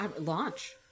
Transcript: Launch